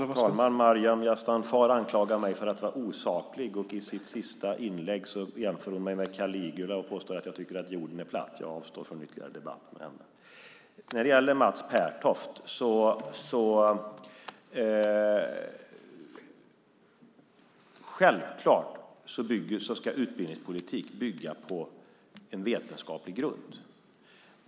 Herr talman! Maryam Yazdanfar anklagar mig för att vara osaklig. I sitt sista inlägg jämför hon mig med Caligula och påstår att jag tror att jorden är platt. Jag avstår från ytterligare debatt med henne. Till Mats Pertoft vill jag säga att utbildningspolitik självklart ska bygga på en vetenskaplig grund.